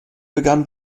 begann